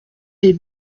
des